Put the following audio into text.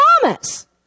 promise